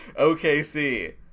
OKC